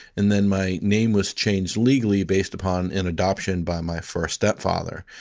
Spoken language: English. and then my name was changed legally based upon an adoption by my first stepfather.